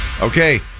Okay